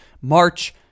March